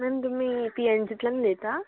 ma'am तुमी P N G तल्यान उलयता